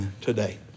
today